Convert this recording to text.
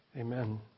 Amen